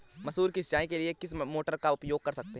मसूर की सिंचाई के लिए किस मोटर का उपयोग कर सकते हैं?